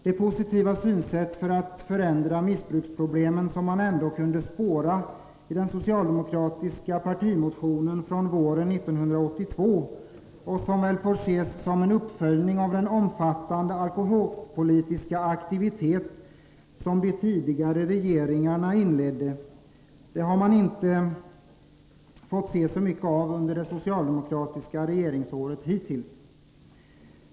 Det positiva synsätt när det gällde att förändra missbruksproblemen som man ändå kunde spåra i den socialdemokratiska partimotionen våren 1982, som väl får ses som en uppföljning av den omfattande alkoholpolitiska aktivitet som de tidigare regeringarna inledde, har man inte fått se så mycket av under det socialdemokratiska regeringsåret.